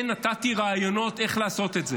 כן נתתי רעיונות איך לעשות את זה,